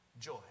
Joy